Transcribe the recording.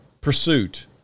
pursuit